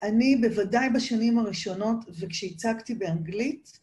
‫אני בוודאי בשנים הראשונות, ‫וכשהצגתי באנגלית...